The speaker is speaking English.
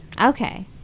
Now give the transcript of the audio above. Okay